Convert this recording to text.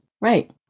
Right